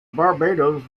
barbados